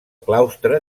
claustre